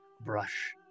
Brush